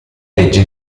legge